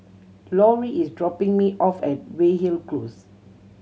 Lorrie is dropping me off at Weyhill Close